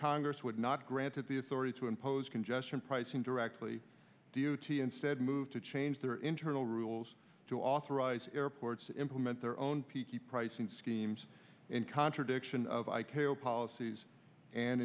congress would not granted the authority to impose congestion pricing directly duty instead moved to change their internal rules to authorize airports implement their own peaky pricing schemes in contradiction of i k o policies and